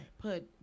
put